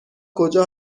کجا